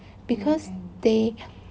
because they